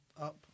up